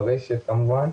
ברשת כמובן,